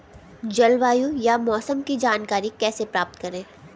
जलवायु या मौसम की जानकारी कैसे प्राप्त करें?